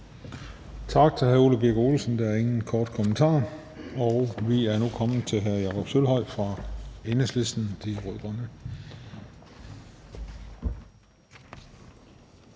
Tak til hr. Ole Birk Olesen. Der er ingen korte bemærkninger. Vi er nu kommet til hr. Jakob Sølvhøj fra Enhedslisten ‒ De Rød-Grønne.